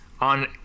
on